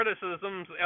criticisms